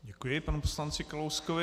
Děkuji panu poslanci Kalouskovi.